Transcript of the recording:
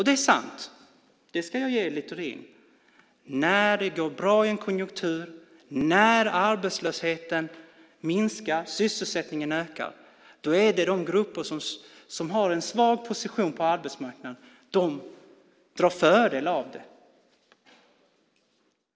Det är sant, det ska jag ge Littorin rätt i, att när det går bra i en konjunktur, när arbetslösheten minskar, sysselsättningen ökar är det de grupper som har en svag position på arbetsmarknaden som drar fördel av det.